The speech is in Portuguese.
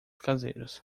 caseiros